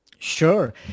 sure